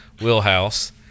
wheelhouse